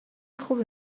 خوبی